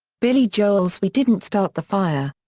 billy joel's we didn't start the fire.